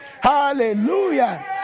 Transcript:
Hallelujah